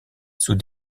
sous